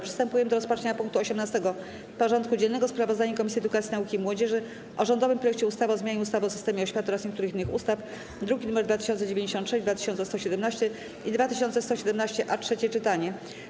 Przystępujemy do rozpatrzenia punktu 18. porządku dziennego: Sprawozdanie Komisji Edukacji, Nauki i Młodzieży o rządowym projekcie ustawy o zmianie ustawy o systemie oświaty oraz niektórych innych ustaw (druki nr 2096, 2117 i 2117-A) - trzecie czytanie.